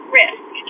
risk